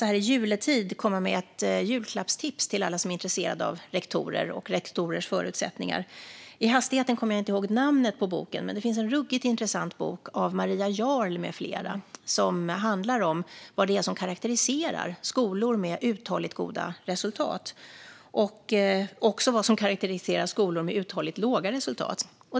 Så här i juletid vill jag komma med ett julklappstips till alla som är intresserade av rektorer och rektorers förutsättningar. Jag kommer i hastigheten inte ihåg titeln, men det är alltså en ruggigt intressant bok av Maria Jarl med flera som handlar om vad det är som karakteriserar skolor med uthålligt goda resultat och också vad som karakteriserar skolor med uthålligt låga resultat.